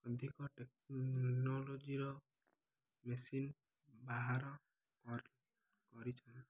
ଅଧିକ ଟେକ୍ନୋଲୋଜିର ମେସିନ୍ ବାହାର କରି କରିଛନ୍ତି